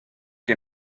que